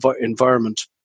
environment